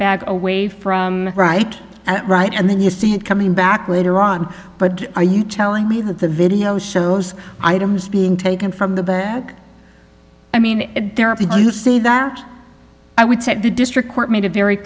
bag away from right and right and then you see it coming back later on but are you telling me that the video shows items being taken from the bag i mean there are people who say that i would set the district court made it very